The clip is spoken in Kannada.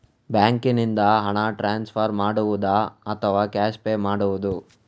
ಬ್ಯಾಂಕಿನಿಂದ ಹಣ ಟ್ರಾನ್ಸ್ಫರ್ ಮಾಡುವುದ ಅಥವಾ ಕ್ಯಾಶ್ ಪೇ ಮಾಡುವುದು?